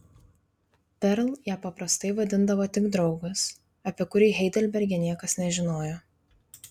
perl ją paprastai vadindavo tik draugas apie kurį heidelberge niekas nežinojo